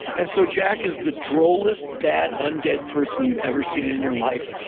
and so, jack is the drollest, bad, undead person you've ever seen in your life.